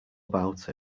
about